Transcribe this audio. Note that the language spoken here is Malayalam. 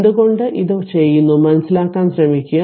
എന്തുകൊണ്ട് ഇത് ചെയ്യുന്നു മനസിലാക്കാൻ ശ്രമിക്കുക